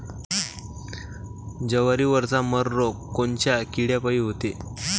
जवारीवरचा मर रोग कोनच्या किड्यापायी होते?